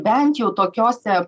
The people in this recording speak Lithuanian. bent jau tokiose